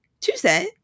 Tuesday